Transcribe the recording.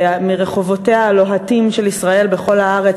מרחובותיה הלוהטים של ישראל בכל הארץ